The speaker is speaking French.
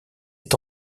est